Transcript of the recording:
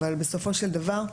אבל בסופו של דבר,